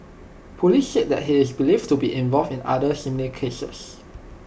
Police said that he is believed to be involved in other similar cases